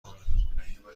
کنیم